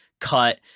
cut